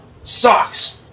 Sucks